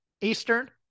Eastern